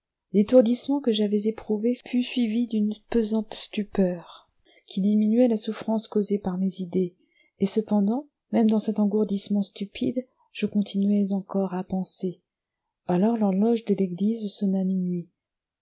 l'étourdissement que j'avais éprouvé fut suivi d'une pesante stupeur qui diminuait la souffrance causée par mes idées et cependant même dans cet engourdissement stupide je continuais encore à penser alors l'horloge de l'église sonna